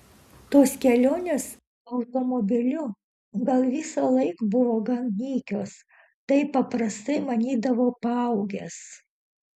tos kelionės automobiliu gal visąlaik buvo gan nykios taip paprastai manydavau paaugęs